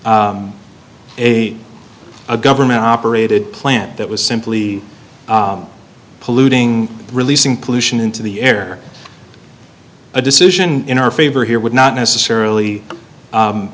government operated plant that was simply polluting releasing pollution into the air a decision in our favor here would not necessarily